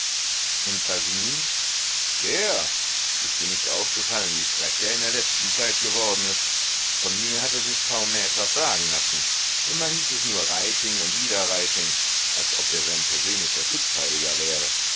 und basini der ist dir nicht aufgefallen wie frech er in der letzten zeit geworden ist von mir hat er sich kaum mehr etwas sagen lassen immer hieß es nur reiting und wieder reiting als ob der sein persönlicher schutzheiliger wäre